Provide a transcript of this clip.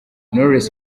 knowless